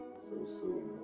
so soon.